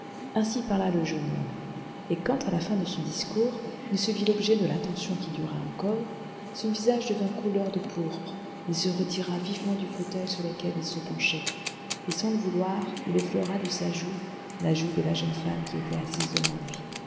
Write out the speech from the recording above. ainsi parla le jeune homme et quand à la fin de son discours il se vit l'objet de l'attention qui durait encore son visage devint couleur de pourpre il se retira vivement du fauteuil sur lequel il se penchait et sans le vouloir il effleura de sa joue la joue de la jeune femme qui était assise devant lui